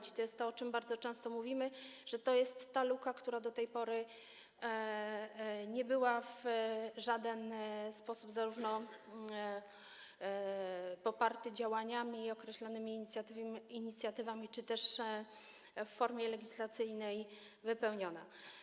I to jest to, o czym bardzo często mówimy: to jest ta luka, która do tej pory nie była w żaden sposób poparta działaniami i określonymi inicjatywami czy też w formie legislacyjnej wypełniona.